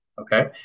okay